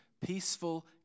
peaceful